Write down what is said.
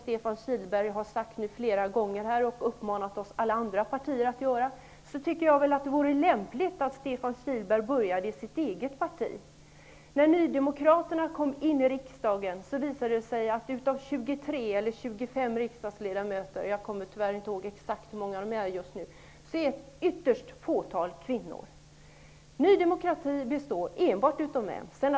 Stefan Kihlberg har flera gånger uppmanat alla andra partier att städa och sopa framför egen dörr. Jag tycker att det vore lämpligt om Stefan Kihlberg började med sitt eget parti. När nydemokraterna kom in i riksdagen visade det sig att av 23 riksdagsledamöter -- eller 25, jag kommer tyvärr inte exakt ihåg hur många de är just nu -- är ytterst få kvinnor. Ny demokrati består enbart av män.